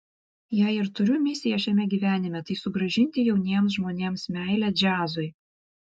jei ir turiu misiją šiame gyvenime tai sugrąžinti jauniems žmonėms meilę džiazui